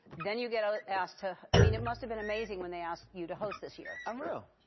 then you get ah asked to i mean, it must have been amazing when they asked you to host this year. unreal.